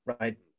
right